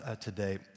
today